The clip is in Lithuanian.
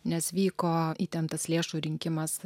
nes vyko įtemptas lėšų rinkimas